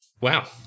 Wow